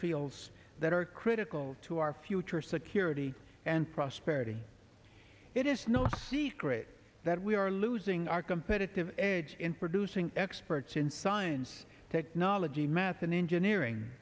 fields that are critical to our future security and prosperity it is not these great that we are losing our competitive edge in producing experts in science technology math and engineering